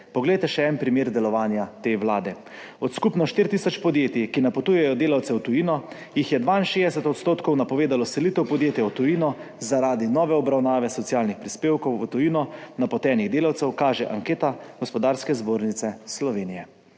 Poglejte še en primer delovanja te vlade. Od skupno 4 tisoč podjetij, ki napotujejo delavce v tujino, jih je 62 % napovedalo selitev podjetja v tujino zaradi nove obravnave socialnih prispevkov v tujino napotenih delavcev, kaže anketa Gospodarske zbornice Slovenije.